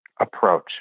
approach